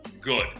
good